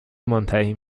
منتهی